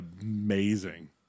amazing